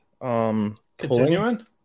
Continuing